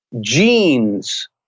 genes